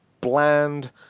bland